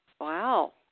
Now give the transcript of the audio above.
Wow